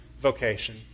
vocation